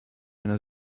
einer